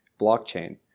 blockchain